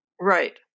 Right